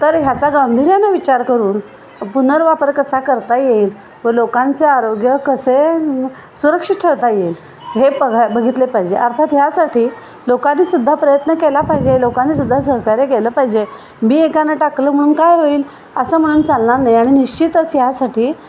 तर ह्याचा गांभीर्याने विचार करून पुनर्वापर कसा करता येईल व लोकांचे आरोग्य कसे सुरक्षित ठेवता येईल हे बघा बघितले पाहिजे अर्थात ह्यासाठी लोकांनीसुद्धा प्रयत्न केला पाहिजे लोकांनीसुद्धा सहकार्य केलं पाहिजे मी एकान टाकलं म्हणून काय होईल असं म्हणून चालनार नाही आणि निश्चितच ह्यासाठी